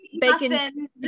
bacon